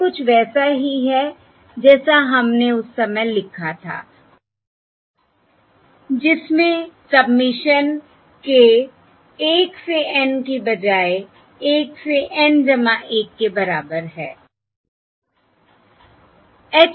यह कुछ वैसा ही है जैसा हमने उस समय लिखा था जिसमे सबमिशन k 1 से N की बजाय 1 से N 1 के बराबर है